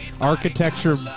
architecture